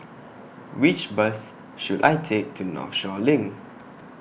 Which Bus should I Take to Northshore LINK